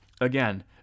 again